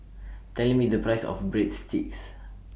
Tell Me The Price of Breadsticks